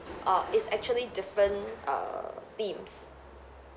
uh it's actually different err themes